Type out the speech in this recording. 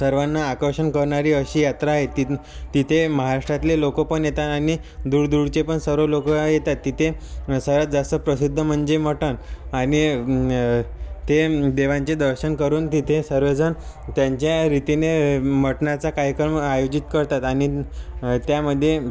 सर्वांना आकर्षण करणारी अशी यात्रा आहे ती तिथे महाराष्ट्रातले लोकपण येतात आणि दूरदूरचे पण सर्व लोक येतात तिथे सर्वांत जास्त प्रसिद्ध म्हणजे मटण आणि ते देवांचे दर्शन करून तिथे सर्वजण त्यांच्या रीतीने मटणाचा कार्यक्रम आयोजित करतात आणि त्यामध्ये